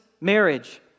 marriage